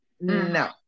No